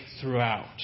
throughout